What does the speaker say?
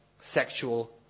sexual